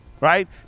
right